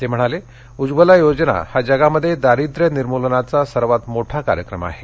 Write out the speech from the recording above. ते म्हणाले उज्वला योजना हा जगामध्ये दारिद्रय निर्मूलनाचा सर्वात मोठा कार्यक्रम आहे